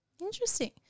Interesting